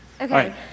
Okay